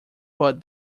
put